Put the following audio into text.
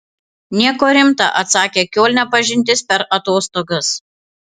nieko rimta atsakė kiolne pažintis per atostogas